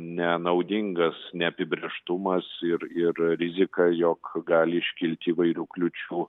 nenaudingas neapibrėžtumas ir ir rizika jog gali iškilti įvairių kliūčių